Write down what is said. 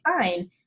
fine